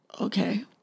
okay